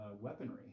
weaponry